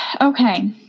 okay